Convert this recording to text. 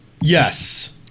Yes